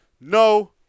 No